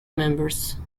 members